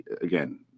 again